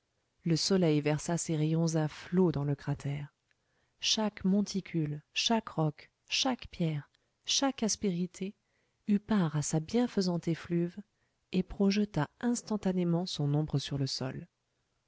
le soleil versa ses rayons à flots dans le cratère chaque monticule chaque roc chaque pierre chaque aspérité eut part à sa bienfaisante effluve et projeta instantanément son ombre sur le sol